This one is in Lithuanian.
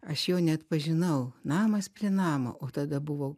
aš jo neatpažinau namas prie namo o tada buvo